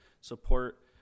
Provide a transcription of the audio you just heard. support